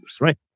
right